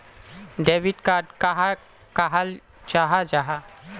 Debit card कहाक कहाल जाहा जाहा?